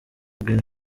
green